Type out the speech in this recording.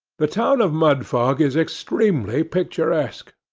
the town of mudfog is extremely picturesque.